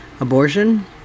Abortion